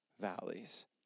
valleys